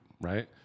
right